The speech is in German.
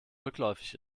rückläufig